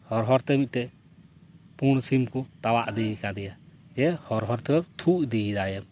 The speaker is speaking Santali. ᱦᱚᱨ ᱦᱚᱨᱛᱮ ᱢᱤᱫᱴᱮᱱ ᱯᱩᱬ ᱥᱤᱢ ᱠᱚ ᱛᱟᱣᱟᱜ ᱤᱫᱤᱭ ᱠᱟᱫᱮᱭᱟ ᱫᱤᱭᱮ ᱦᱚᱨ ᱦᱚᱨᱛᱮ ᱛᱷᱩ ᱤᱫᱤᱭ ᱫᱟᱭᱮ